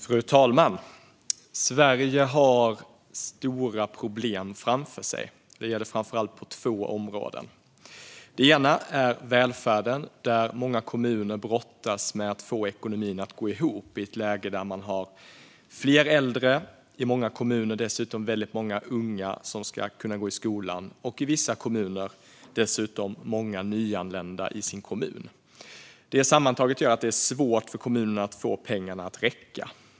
Fru talman! Sverige har stora problem framför sig. Det gäller framför allt två områden. Det ena är välfärden. Många kommuner brottas med att få ekonomin att gå ihop i ett läge där de har fler äldre. I många kommuner är det väldigt många unga som ska kunna gå i skolan. Vissa kommuner har dessutom många nyanlända. Detta sammantaget gör att det är svårt för kommunerna att få pengarna att räcka.